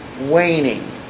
waning